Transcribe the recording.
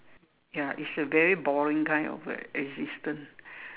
ya it's a very boring kind of a existence